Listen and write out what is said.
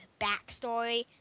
backstory